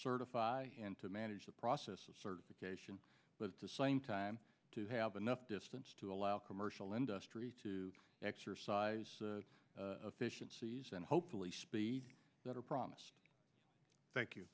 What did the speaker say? certify and to manage the process of certification but at the same time to have enough distance to allow commercial industry to exercise patience ease and hopefully speed that are promised thank you